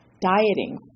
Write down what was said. Dieting